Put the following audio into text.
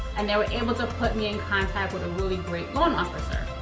and they were able to put me in contact with a really great loan officer.